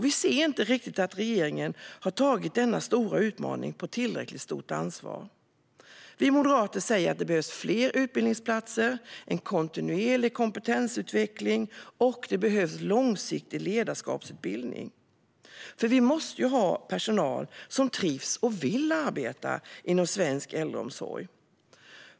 Vi ser inte att regeringen har tagit denna stora utmaning på tillräckligt stort allvar. Vi moderater säger att det behövs fler utbildningsplatser, kontinuerlig kompetensutveckling och långsiktig ledarskapsutbildning. Vi måste ju ha personal som trivs och vill arbeta inom svensk äldreomsorg.